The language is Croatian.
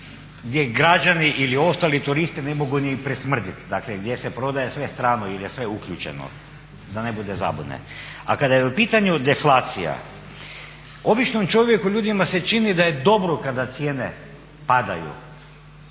gdje građani ili ostali turisti ne mogu ni prismrdit, dakle gdje se prodaje sve strano ili je sve uključeno da ne bude zabune. A kad je u pitanju deflacija, običnom čovjeku, ljudima se čini da je dobro kada cijene padaju